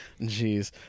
Jeez